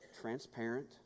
transparent